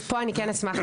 פה אני כן אשמח,